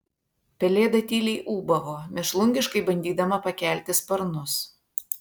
pelėda tyliai ūbavo mėšlungiškai bandydama pakelti sparnus